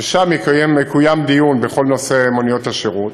ושם יתקיים דיון בכל נושא מוניות השירות,